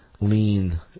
lean